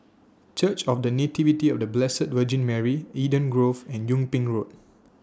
Church of The Nativity of The Blessed Virgin Mary Eden Grove and Yung Ping Road